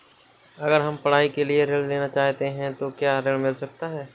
अगर हम पढ़ाई के लिए ऋण लेना चाहते हैं तो क्या ऋण मिल सकता है?